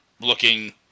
Looking